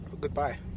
Goodbye